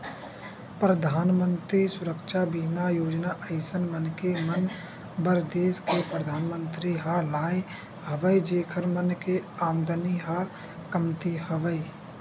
परधानमंतरी सुरक्छा बीमा योजना अइसन मनखे मन बर देस के परधानमंतरी ह लाय हवय जेखर मन के आमदानी ह कमती हवय